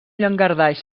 llangardaix